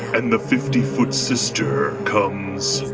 and the fifty foot sister comes.